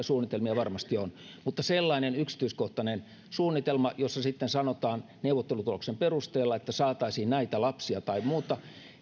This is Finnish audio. suunnitelmia varmasti on mutta sellainen yksityiskohtainen suunnitelma jossa sitten sanotaan neuvottelutuloksen perusteella että saataisiin näitä lapsia tai muuta